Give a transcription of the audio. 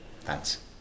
Thanks